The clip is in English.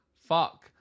fuck